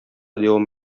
дәвам